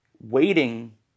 Waiting